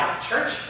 Church